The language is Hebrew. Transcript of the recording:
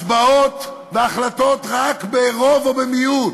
הצבעות והחלטות רק ברוב או במיעוט.